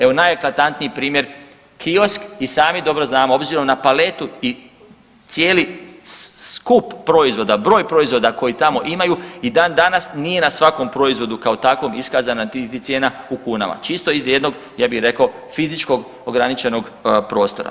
Evo, najeklatantniji primjer, kiosk, i sami dobro znamo, obzirom na paletu i cijeli skup proizvoda, broj proizvoda koji tamo imaju, i dan danas nije na svakom proizvodu, kao takvom iskazana ni cijena u kunama, čisto iz jednog, ja bih rekao, fizičkog ograničenog prostora.